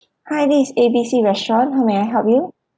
hi this is A B C restaurant how may I help you